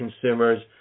consumers